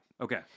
Okay